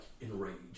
enraged